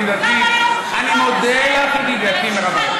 ידידתי מירב בן ארי.